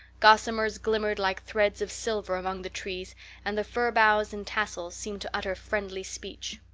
gossamers glimmered like threads of silver among the trees and the fir boughs and tassels seemed to utter friendly speech.